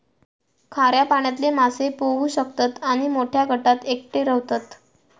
खाऱ्या पाण्यातले मासे पोहू शकतत आणि मोठ्या गटात एकटे रव्हतत